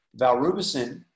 Valrubicin